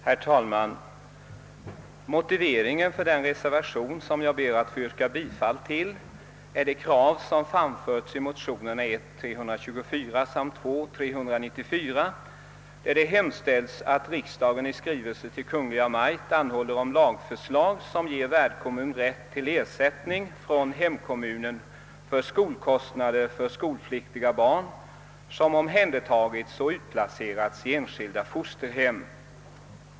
Herr talman! Motivet för den reservation, som jag ber att få yrka bifall till, är det krav som framförts i motionerna 1:324 och I1:394, i vilka har hemställts att riksdagen i skrivelse till Kungl. Maj:t anhåller om lagförslag, som ger värdkommun rätt till ersättning från hemkommun för skolkostnader för skolpliktiga barn, som omhändertagits och utplacerats i enskilda fosterhem.